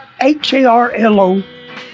H-A-R-L-O